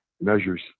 measures